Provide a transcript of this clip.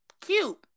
cute